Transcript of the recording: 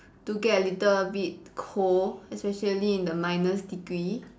do get a little bit cold especially in the minus degree